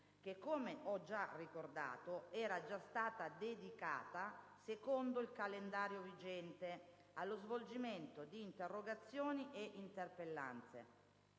che, come ho già ricordato, era già stata dedicata, secondo il calendario vigente, allo svolgimento di interrogazioni e di interpellanze.